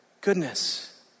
Goodness